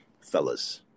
fellas